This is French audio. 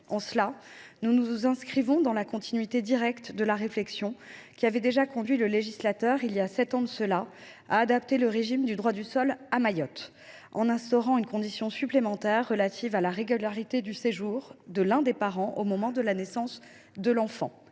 Cette proposition de loi découle directement de la réflexion qui avait déjà conduit le législateur, il y a sept ans de cela, à adapter le régime du droit du sol à Mayotte en instaurant une condition supplémentaire relative à la régularité du séjour de l’un des parents au moment de la naissance de l’enfant.